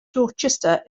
dorchester